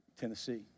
Tennessee